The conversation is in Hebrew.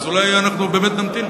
אז אולי אנחנו באמת נמתין,